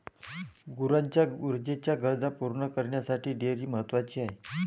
गुरांच्या ऊर्जेच्या गरजा पूर्ण करण्यासाठी डेअरी महत्वाची आहे